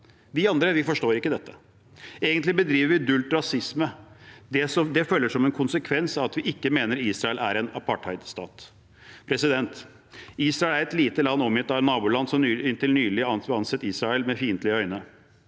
Vi andre forstår ikke dette. Egentlig bedriver vi dulgt rasisme. Det følger som en konsekvens av at vi ikke mener Israel er en apartheidstat. Israel er et lite land omgitt av naboland som inntil nylig så på Israel med fiendtlige øyne.